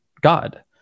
God